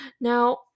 Now